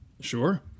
Sure